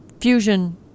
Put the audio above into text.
Fusion